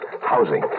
housing